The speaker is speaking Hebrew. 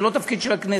זה לא תפקיד של הכנסת.